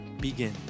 begin